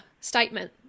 statement